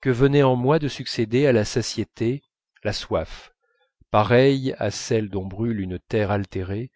que venait en moi de succéder à la satiété la soif pareille à celle dont brûle une terre altérée